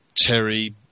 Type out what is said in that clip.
Terry